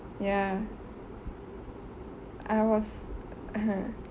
ya I was